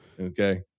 okay